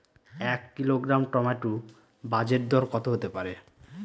এক kilogram tomato বাজের দরকত হতে পারে?